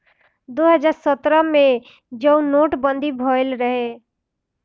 दो हज़ार सत्रह मे जउन नोट बंदी भएल रहे